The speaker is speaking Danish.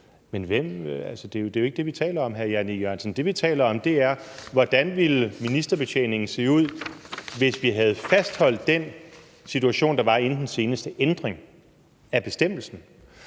Men det er jo ikke det, vi taler om, hr. Jan E. Jørgensen. Det, vi taler om, er: Hvordan ville ministerbetjeningen se ud, hvis vi havde fastholdt den situation, der var inden den seneste ændring af bestemmelsen?